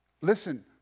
Listen